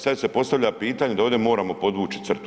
Sad se postavlja pitanje, da ovdje moramo podvući crtu.